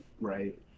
right